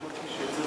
חשבתי שצריך,